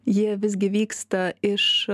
jie visgi vyksta iš